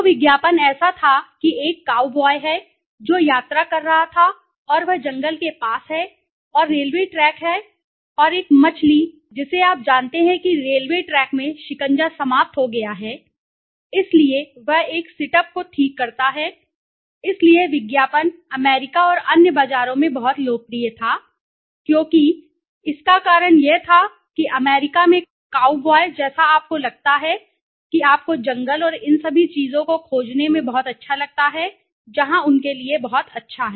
तो विज्ञापन ऐसा था कि एक काऊ बॉय है जो यात्रा कर रहा था और वह जंगल के पास है और रेलवे ट्रैक है और एक मछली जिसे आप जानते हैं कि रेलवे ट्रैक में शिकंजा समाप्त हो गया है इसलिए वह एक सिटअप को ठीक करता है इसलिए विज्ञापन अमेरिका और अन्य बाज़ारों में बहुत लोकप्रिय था क्योंकि इसका कारण बहुत था इसका कारण यह था कि अमेरिका में काऊ बॉयजैसा आपको लगता है कि आपको जंगल और इन सभी चीजों को खोजने में बहुत अच्छा लगता है जहां उनके लिए बहुत अच्छा है